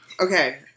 Okay